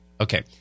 Okay